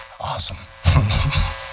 Awesome